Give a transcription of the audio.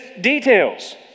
details